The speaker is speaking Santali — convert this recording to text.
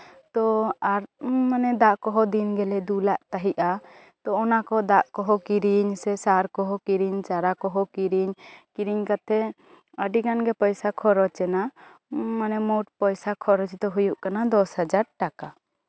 ᱛᱚ ᱟᱨ ᱫᱟᱜ ᱠᱚᱦᱚᱸ ᱫᱤᱱ ᱜᱮᱞᱮ ᱫᱩᱞ ᱟᱜ ᱛᱟᱦᱮᱸᱜᱼᱟ ᱛᱚ ᱚᱱᱟᱠᱚ ᱫᱟᱜ ᱠᱚᱦᱚᱸ ᱠᱤᱨᱤᱧ ᱥᱮ ᱥᱟᱨ ᱠᱚᱦᱚᱸ ᱠᱤᱨᱤᱧ ᱪᱟᱨᱟ ᱠᱚᱦᱚᱸ ᱠᱤᱨᱤᱧ ᱠᱤᱨᱤᱧ ᱠᱟᱛᱮᱜ ᱟᱹᱰᱤ ᱜᱟᱱᱜᱮ ᱯᱚᱭᱥᱟ ᱠᱷᱚᱨᱚᱪ ᱮᱱᱟ ᱢᱟᱱᱮ ᱢᱳᱴ ᱯᱚᱭᱥᱟ ᱠᱷᱚᱨᱚᱪ ᱫᱚ ᱦᱩᱭᱩᱜ ᱠᱟᱱᱟ ᱫᱚᱥ ᱦᱟᱡᱟᱨ ᱴᱟᱠᱟ